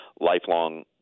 lifelong